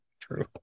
true